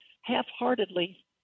half-heartedly